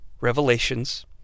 revelations